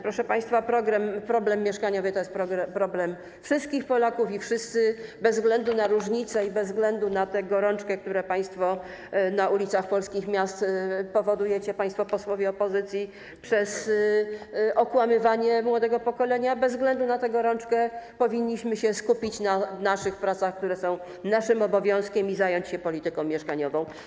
Proszę państwa, problem mieszkaniowy to jest problem wszystkich Polaków i wszyscy, bez względu na różnice i bez względu na tę gorączkę, którą państwo na ulicach polskich miast powodujecie, państwo posłowie opozycji, przez okłamywanie młodego pokolenia, bez względu na tę gorączkę, powinniśmy się skupić na naszych pracach, które są naszym obowiązkiem, i zająć się polityką mieszkaniową.